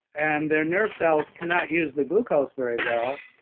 and their nerve cells cannot use the glucose very well,